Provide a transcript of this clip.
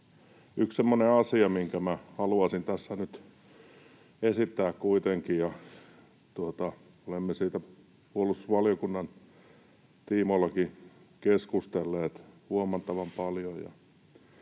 minä haluaisin tässä nyt esittää kuitenkin — olemme siitä puolustusvaliokunnan tiimoiltakin keskustelleet huomattavan paljon: